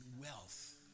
wealth